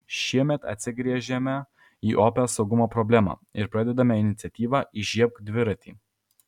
šiemet atsigręžėme į opią saugumo problemą ir pradedame iniciatyvą įžiebk dviratį